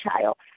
child